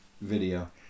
video